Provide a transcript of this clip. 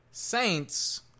Saints